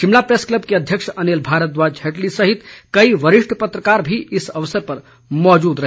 Shimla press club के अध्यक्ष Anil Bhardwaj Headley सहित कई वरिष्ठ पत्रकार भी इस अवसर पर मौजूद रहे